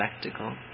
spectacle